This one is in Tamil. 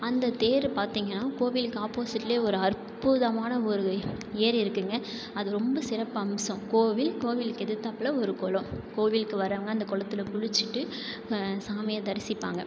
அந்த தேரு பார்த்தீங்கன்னா கோவிலுக்கு ஆப்போசிட்டில் ஒரு அற்புதமான ஒரு ஏரி இருக்குங்க அது ரொம்ப சிறப்பம்சம் கோவில் கோவிலுக்கு எதுத்தாப்புல ஒரு குளம் கோவிலுக்கு வர்றவங்க அந்த குளத்துல குளிச்சிட்டு சாமியை தரிசிப்பாங்க